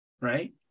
Right